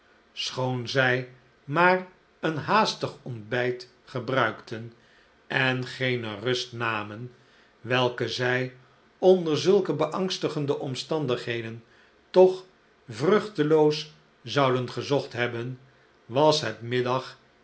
schoon zij maar een haastig ontbijt gebruikten en geene rust namen welke zij onder zulke beangstigende omstandighedentoch vruchteloos zouden gezocht hebben was het middag